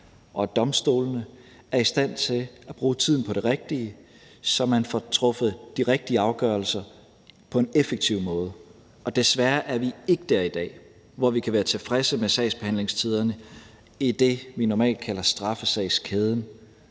og domstolene er i stand til at bruge tiden på det rigtige, så man får truffet de rigtige afgørelser på en effektiv måde. Vi er desværre ikke der i dag, hvor vi kan være tilfredse med sagsbehandlingstiderne i det, vi normalt kalder straffesagskæden,